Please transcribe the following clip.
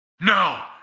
no